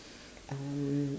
um